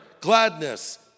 gladness